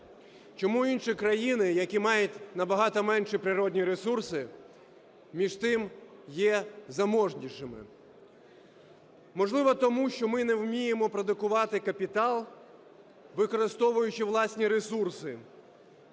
Чому інші країни, які мають на багато менші природні ресурси, між тим є заможнішими? Можливо, тому що ми не вміємо продукувати капітал, використовуючи власні ресурси,